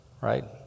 right